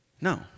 No